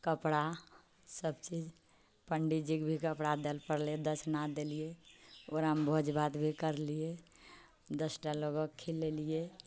कपड़ा सभचीज पण्डितजीकेँ भी कपड़ा दय लए पड़लै दक्षिणा देलियै ओकरामे भोज भात भी करलियै दसटा लोककेँ खिलेलियै